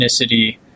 ethnicity